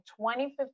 2015